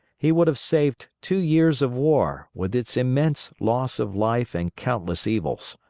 he would have saved two years of war with its immense loss of life and countless evils.